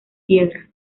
piedra